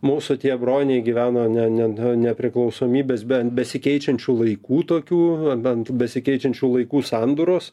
mūsų tie broniai gyveno ne ne nepriklausomybės ben besikeičiančių laikų tokių bent besikeičiančių laikų sandūros